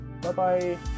Bye-bye